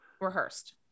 rehearsed